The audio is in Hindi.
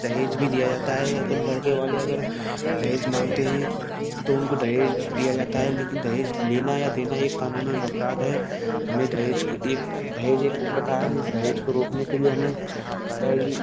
दहेज भी दिया जाता है अगर लड़के वाले अगर दहेज मांगते है तो उनको दहेज दिया जाता है लेकिन दहेज लेना या देना एक कानूनन अपराध है हमें दहेज को एक दहेज एक कुप्रथा है हम इस दहेज को रोकने के लिए हमें कई